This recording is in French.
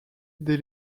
dès